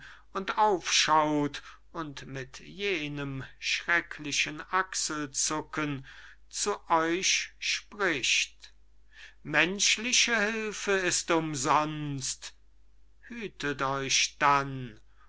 und aufschaut und mit jenem schröcklichen achselzucken zu euch spricht menschliche hülfe ist umsonst hütet euch dann